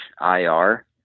IR